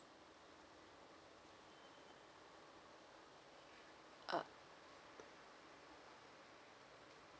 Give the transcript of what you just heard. uh